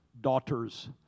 daughters